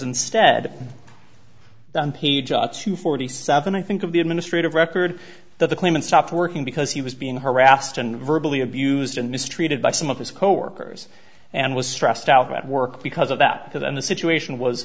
instead on page up to forty seven i think of the administrative record that the claimant stopped working because he was being harassed and virtually abused and mistreated by some of his coworkers and was stressed out at work because of that to them the situation was